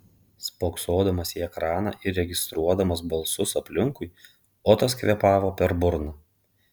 spoksodamas į ekraną ir registruodamas balsus aplinkui otas kvėpavo per burną